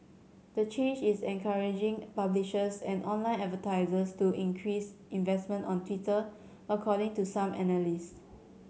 the change is encouraging publishers and online advertisers to increase investment on Twitter according to some analysts